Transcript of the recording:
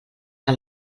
que